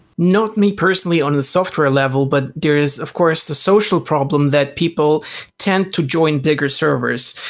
not me personally on a software level, but there is of course the social problem that people tend to join bigger servers.